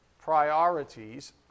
priorities